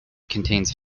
contains